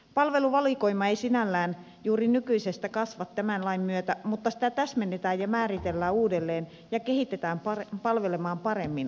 palveluvalikoima ei sinällään juuri nykyisestä kasva tämän lain myötä mutta sitä täsmennetään ja määritellään uudelleen ja kehitetään palvelemaan paremmin asiakkaiden tarpeita